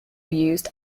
used